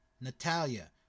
Natalia